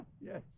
Yes